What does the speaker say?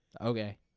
Okay